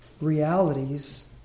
realities